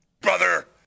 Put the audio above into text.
Brother